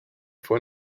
fue